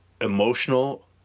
emotional